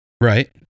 right